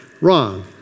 wrong